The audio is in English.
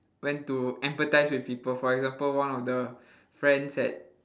when to empathise with people for example one of the friends had